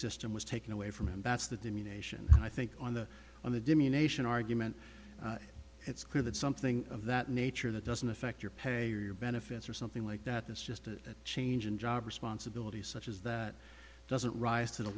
system was taken away from and that's that the nation and i think on the on the dimia nation argument it's clear that something of that nature that doesn't affect your pay or benefits or something like that that's just a change in job responsibilities such as that doesn't rise to the